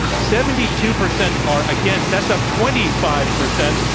seventy-two percent are against. that's up twenty five percent.